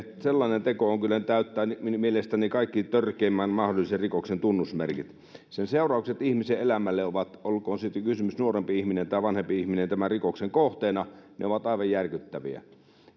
sellainen teko kyllä täyttää mielestäni kaikki törkeimmän mahdollisen rikoksen tunnusmerkit sen seuraukset ihmisen elämälle olkoon sitten nuorempi ihminen tai vanhempi ihminen tämän rikoksen kohteena ovat aivan järkyttäviä